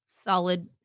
solid